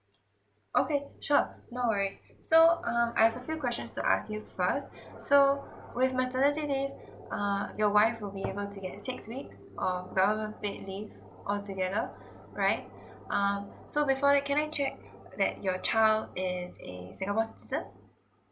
okay sure no worries so um I've few questions to ask you first so with maternity leave err your wife will be able to get six weeks of government paid leave all together right um so before that can I check that your child is a singapor citizen